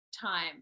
time